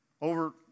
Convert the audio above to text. Over